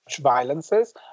violences